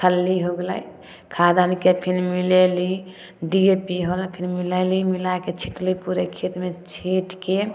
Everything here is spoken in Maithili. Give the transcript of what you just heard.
खल्ली हो गेलै खाद आनिके फेन मिलैली डी ए पी होलक फेन मिलैली मिलाके छिटली पूरे खेतमे छीटिके